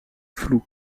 floue